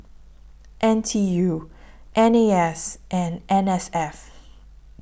N T U N A S and N S F